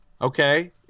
Okay